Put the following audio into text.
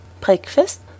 breakfast